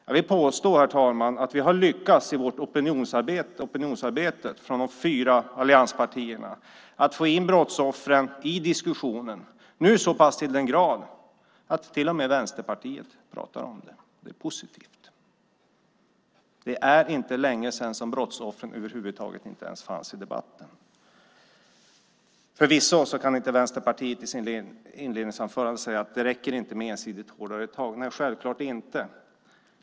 Jag vill påstå att vi i de fyra allianspartierna har lyckats i vårt opinionsarbete. Vi har fått in brottsoffren i diskussionen så till den grad att till och med Vänsterpartiet pratar om dem. Det är positivt. Det är inte länge sedan som brottsoffren över huvud taget inte fanns med i debatten. Vänsterpartisten säger i sitt inledningsanförande att det inte räcker med ensidigt hårdare tag. Nej, självklart inte.